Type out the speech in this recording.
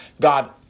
God